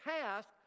task